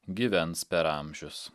gyvens per amžius